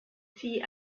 tea